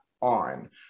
on